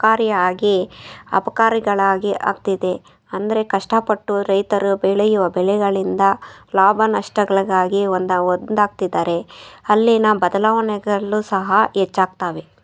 ಕಾರಿಯಾಗಿ ಅಪಕಾರಿಗಳಾಗಿ ಆಗ್ತಿದೆ ಅಂದರೆ ಕಷ್ಟಪಟ್ಟು ರೈತರು ಬೆಳೆಯುವ ಬೆಳೆಗಳಿಂದ ಲಾಭ ನಷ್ಟಗಳಿಗಾಗಿ ಒಂದಾವ್ ಒಂದಾಗ್ತಿದ್ದಾರೆ ಅಲ್ಲಿನ ಬದಲಾವಣೆಗಳು ಸಹ ಹೆಚ್ಚಾಗ್ತಾವೆ